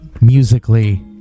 musically